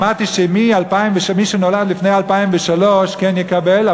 שמעתי שמי שנולד לפני 2003 כן יקבל,